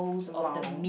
!wow!